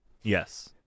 Yes